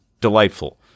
delightful